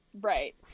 Right